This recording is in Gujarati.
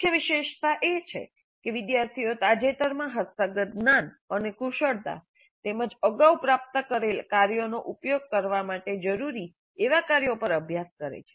મુખ્ય વિશેષતા એ છે કે વિદ્યાર્થીઓ તાજેતરમાં હસ્તગત જ્ઞાન અને કુશળતા તેમ જ અગાઉ પ્રાપ્ત કરેલા કાર્યોનો ઉપયોગ કરવા માટે જરૂરી એવા કાર્યો પર અભ્યાસ કરે છે